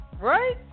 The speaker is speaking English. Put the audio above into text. Right